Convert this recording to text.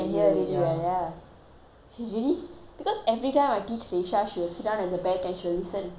she's really because every time I teach reisha she will sit down at the back and she will listen to what I'm doing and then